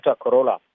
Corolla